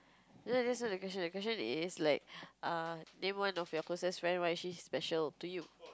no that's not the question the question is like err name one of your closest friend why is she special to you